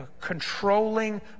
controlling